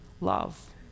love